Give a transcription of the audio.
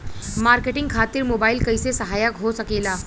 Marketing खातिर mobile कइसे सहायक हो सकेला?